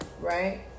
Right